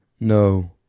no